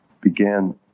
began